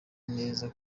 neza